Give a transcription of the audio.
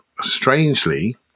strangely